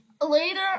Later